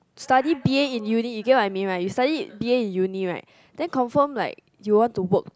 study B_A in uni you cannot admin you study B_A in uni right then confirm like you want to work